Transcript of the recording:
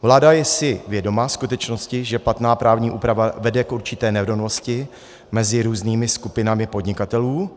Vláda si je vědoma skutečnosti, že platná právní úprava vede k určité nerovnosti mezi různými skupinami podnikatelů.